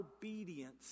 obedience